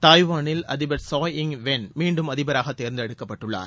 தாய்வானில் அதிபர் Tsai Ing Wen மீண்டும் அதிபராக தேர்ந்தெடுக்கப்பட்டுள்ளார்